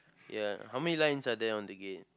ya how many lines are there on the gate